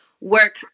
Work